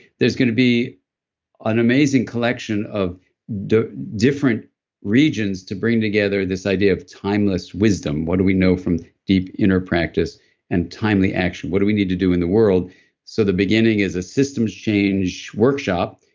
there's going to be an amazing collection of different regions to bring together this idea of timeless wisdom, what do we know from deep inner practice and timely action, what do we need to do in the world so the beginning is a systems change workshop,